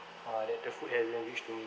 uh that the food hasn't reached to me